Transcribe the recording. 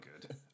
good